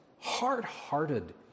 hard-hearted